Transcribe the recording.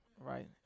right